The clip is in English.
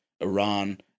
Iran